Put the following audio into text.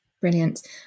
Brilliant